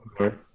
Okay